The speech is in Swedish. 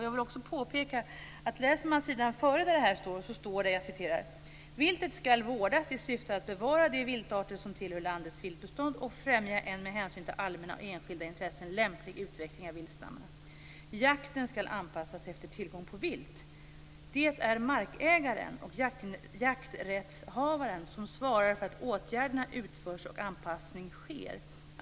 Jag vill också påpeka att läser man på sidan innan står det: "Viltet skall vårdas i syfte att bevara de viltarter som tillhör landets viltbestånd och främja en med hänsyn till allmänna och enskilda intressen lämplig utveckling av viltstammarna. Jakten skall anpassas efter tillgången på vilt. Det är markägaren och jakträttshavaren som svarar för att åtgärderna utförs och anpassning sker.